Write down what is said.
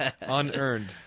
unearned